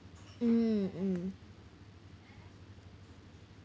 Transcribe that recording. mm mm